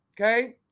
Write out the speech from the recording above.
Okay